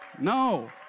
No